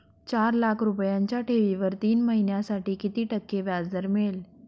चार लाख रुपयांच्या ठेवीवर तीन महिन्यांसाठी किती टक्के व्याजदर मिळेल?